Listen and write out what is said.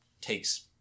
takes